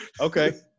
okay